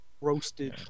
Roasted